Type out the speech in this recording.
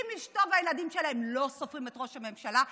אם אשתו והילדים שלהם לא סופרים את ראש הממשלה,